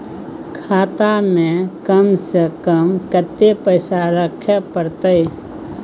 खाता में कम से कम कत्ते पैसा रखे परतै?